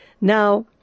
Now